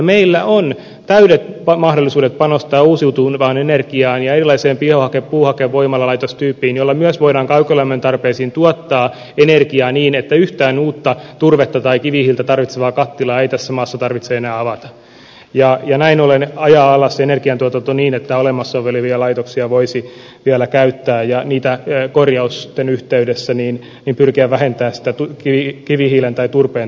meillä on täydet mahdollisuudet panostaa uusiutuvaan energiaan ja erilaiseen biohake puuhakevoimalalaitostyyppiin jolla myös voidaan kaukolämmön tarpeisiin tuottaa energiaa niin että yhtään uutta turvetta tai kivihiiltä tarvitsevaa kattilaa ei tässä maassa tarvitse enää avata ja näin ollen ajaa alas energiantuotanto niin että olemassa olevia laitoksia voisi vielä käyttää ja korjausten yhteydessä pyrkiä vähentämään sitä kivihiilen tai turpeen tarvetta